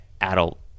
adult